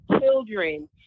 children